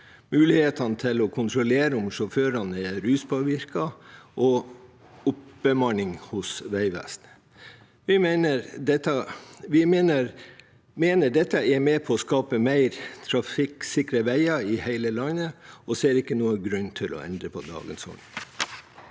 mulighetene til å kontrollere om sjåfører er ruspåvirket, og oppbemanning hos Vegvesenet. Vi mener at dette er med på å skape mer trafikksikre veier i hele landet, og ser ikke noen grunn til å endre på dagens